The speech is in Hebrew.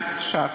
מיליארד שקלים.